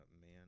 man